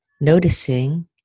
Noticing